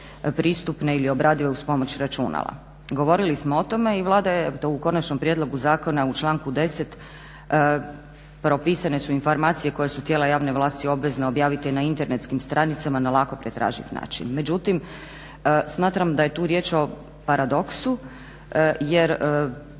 pristupne ili obradive uz pomoć računala. Govorili smo o tome i Vlada je u konačnom prijedlogu zakona u članku 10. propisane su informacije koje su tijela javne vlasti obvezna objaviti na internetskim stranicama na lako pretraživ način. Međutim, smatram da je tu riječ o paradoksu jer